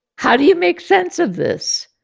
how do you make sense of this?